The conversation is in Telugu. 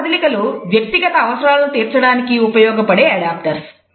చాలా కదలికలు వ్యక్తిగత అవసరాలను తీర్చడానికి ఉపయోగపడే అడాప్తటర్స్